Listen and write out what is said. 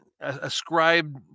ascribed